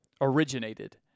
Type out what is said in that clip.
originated